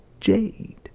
jade